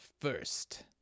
first